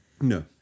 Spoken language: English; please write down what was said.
No